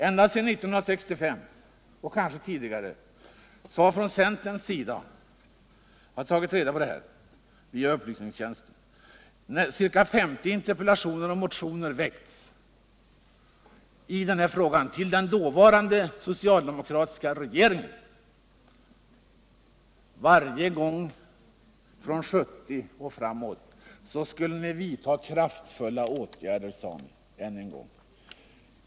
Ända sedan 1965, och kanske tidigare, har från centerns sida — jag har tagit reda på detta via 51 upplysningstjänsten—ca 50 interpellationer och motioner väckts i denna fråga till den dåvarande socialdemokratiska regeringen. Varje gång från 1970 och framåt skulle ni vidta kraftfulla åtgärder, sade ni.